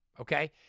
Okay